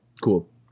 Cool